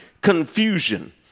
confusion